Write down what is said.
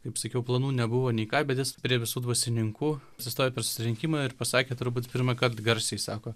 kaip sakiau planų nebuvo nei ką bet jis prie visų dvasininkų atsistojo per susirinkimą ir pasakė turbūt pirmąkart garsiai sako